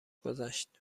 گذشت